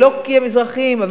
ולא כי הם מזרחים.